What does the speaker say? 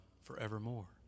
forevermore